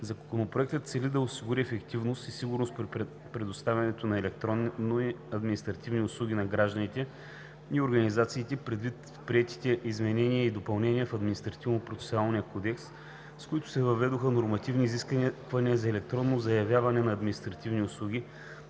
Законопроектът цели да осигури ефективност и сигурност при предоставянето на електронни административни услуги на гражданите и организациите предвид приетите изменения и допълнения в Административнопроцесуалния кодекс, с които се въведоха нормативни изисквания за електронно заявяване на административни услуги,